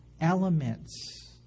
elements